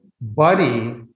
buddy